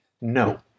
No